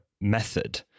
Method